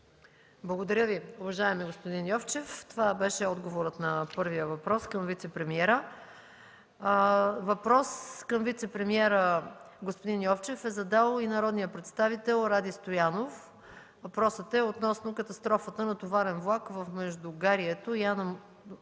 Благодаря Ви, уважаеми господин Йовчев. Това беше отговорът на първия въпрос към вицепремиера. Следва въпрос към вицепремиера господин Йовчев от народния представител Ради Стоянов относно катастрофата на товарен влак в междугарието Яна-Мусачево